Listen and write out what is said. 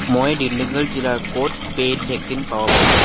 মই দিণ্ডিগল জিলাৰ ক'ত পে'ইড ভেকচিন পাব পাৰোঁ